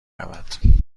رود